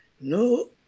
no